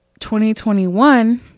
2021